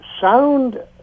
sound